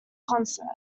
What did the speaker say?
concert